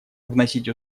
вносить